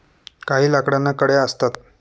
काही लाकडांना कड्या असतात